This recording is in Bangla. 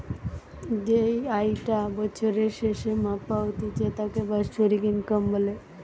যেই আয়ি টা বছরের স্যাসে মাপা হতিছে তাকে বাৎসরিক ইনকাম বলে